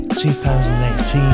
2018